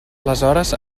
aleshores